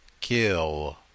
kill